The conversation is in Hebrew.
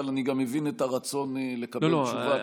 אבל אני גם מבין את הרצון לקבל תשובה כבר.